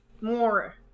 more